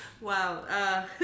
Wow